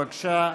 בבקשה,